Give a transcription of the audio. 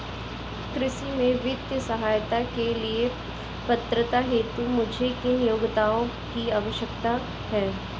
कृषि में वित्तीय सहायता के लिए पात्रता हेतु मुझे किन योग्यताओं की आवश्यकता है?